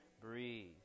breathe